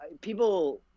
people